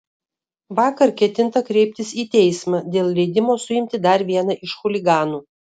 vakar ketinta kreiptis į teismą dėl leidimo suimti dar vieną iš chuliganų